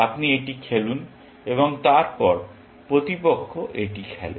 আপনি এটি খেলুন এবং তারপর প্রতিপক্ষ এটি খেলে